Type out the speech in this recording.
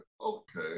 okay